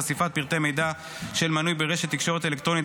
חשיפת פרטי מידע של מנוי ברשת תקשורת אלקטרונית),